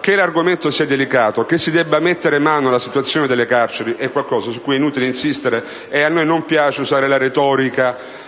Che l'argomento sia delicato e si debba mettere mano alla situazione nelle carceri è un qualcosa su cui è inutile insistere, e a noi non piace usare la retorica,